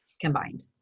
combined